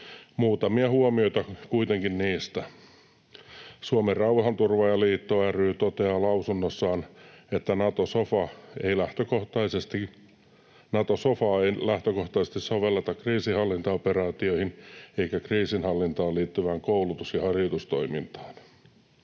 Muutamia huomioita kuitenkin niistä: Suomen Rauhanturvaajaliitto ry toteaa lausunnossaan, että ”Nato-sofaa ei lähtökohtaisesti sovelleta kriisinhallintaoperaatioihin eikä kriisinhallintaan liittyvään koulutus- ja harjoitustoimintaan”.